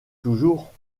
toujours